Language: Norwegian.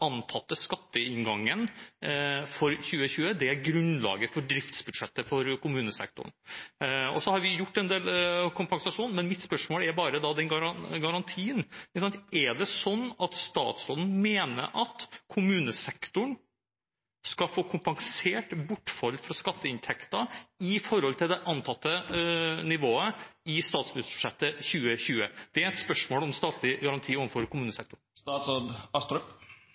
er grunnlaget for driftsbudsjettet for kommunesektoren. Vi har gitt en del kompensasjon, men mitt spørsmål gjelder garantien. Er det sånn at statsråden mener at kommunesektoren skal få kompensert bortfall av skatteinntekter i forhold til det antatte nivået i statsbudsjettet for 2020? Det er et spørsmål om statlig garanti overfor kommunesektoren.